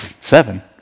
seven